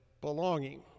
belonging